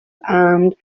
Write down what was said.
and